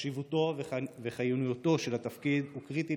חשיבותו וחיוניותו של התפקיד הן קריטיות